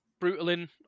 brutalin